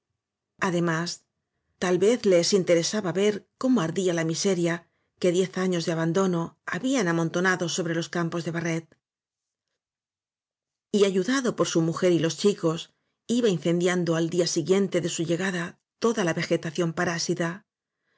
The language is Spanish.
además tal vez les interesaba ver cómo ardía la miseria que diez años de abandono habían amontonado sobre los campos de barret ayudado por su mujer y los chicos iba incendiando al día siguiente de su llegada toda la vegetación parásita